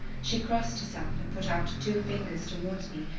she crossed herself and put out two fingers towards me,